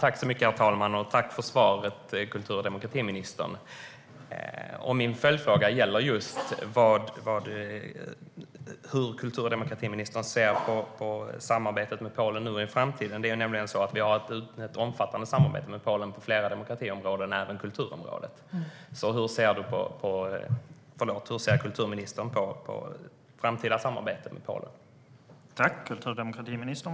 Herr talman! Tack för svaret, kultur och demokratiministern! Min följdfråga gäller hur kultur och demokratiministern ser på samarbetet med Polen nu och i framtiden. Vi har nämligen ett omfattande samarbete med Polen på flera demokratiområden och även på kulturområdet. Hur ser kultur och demokratiministern på framtida samarbeten med Polen?